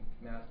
mass